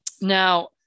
Now